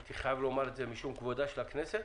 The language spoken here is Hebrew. הייתי חייב לומר את זה משום כבודה של הכנסת,